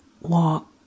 walk